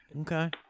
Okay